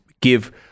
give